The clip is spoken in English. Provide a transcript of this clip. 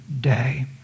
day